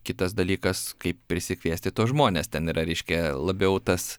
kitas dalykas kaip prisikviesti tuos žmones ten yra reiškia labiau tas